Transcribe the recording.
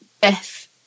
Beth